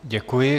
Děkuji.